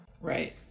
Right